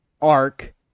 arc